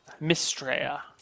Mistrea